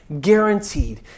guaranteed